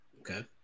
Okay